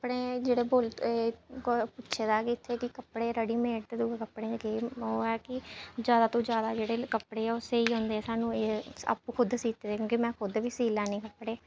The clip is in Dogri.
कपड़े जेह्ड़े बोलदे कुहै पुच्छे दा ऐ कि इत्थै कि कपड़े रेडी मेड ते दूजे कपड़ें च केह् ओह् एह् कि जैदा तूं जैदा जेह्ड़े कपड़े ऐ ओह् स्हेई होंदे सानूं ऐ आपूं खुद सीते दे क्योंकि में खुद बी सी लैन्नी कपड़े